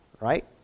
right